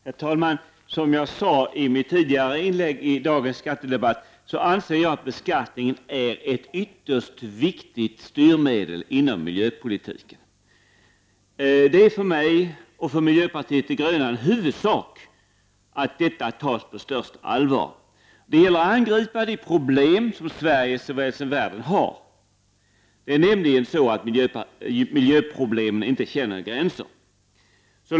Herr talman! Som jag sade i mitt tidigare inlägg i dagens skattedebatt, anser jag att beskattningen är ett ytterst viktigt styrmedel inom miljöpolitiken. Det är för mig och miljöpartiet de gröna en huvudsak att detta tas på största allvar. Det gäller att angripa de problem som finns såväl i Sverige som i världen i övrigt. Miljöproblemen känner nämligen inte några gränser.